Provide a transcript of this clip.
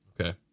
Okay